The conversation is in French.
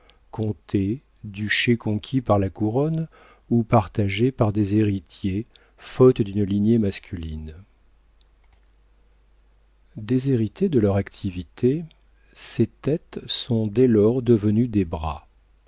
comté duché conquis par la couronne ou partagés par des héritiers faute d'une lignée masculine déshéritées de leur activité ces têtes sont dès lors devenues des bras